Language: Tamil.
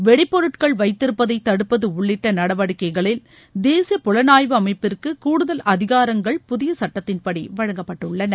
வெடிப்பொருட்கள் வைத்திருப்பதை தடுப்பது உள்ளிட்ட நடவடிக்கைகளில் தேசிய புலனாய்வு அமைப்பிற்கு கூடுதல் அதிகாரங்கள் புதிய சட்டத்தின்படி வழங்கப்பட்டுள்ளன